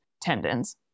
tendons